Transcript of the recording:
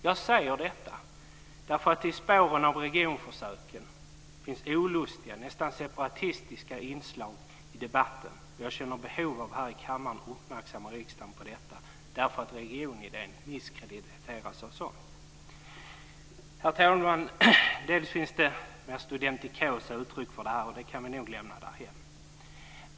Jag säger detta, därför att i spåren av regionförsöken finns olustiga, nästan separatistiska inslag i debatten, och jag känner behov av att här i kammaren uppmärksamma riksdagen på detta, därför att regionidén misskrediteras av sådant. Herr talman! Det finns mer studentikosa uttryck för detta, och det kan vi nog lämna därhän.